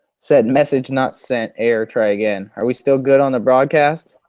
said message not sent error, try again. are we still good on the broadcast?